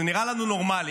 זה נראה לנו נורמלי